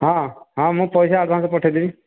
ହଁ ହଁ ମୁଁ ପଇସା ଆଡ଼ଭାନ୍ସରେ ପଠାଇ ଦେବି